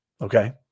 Okay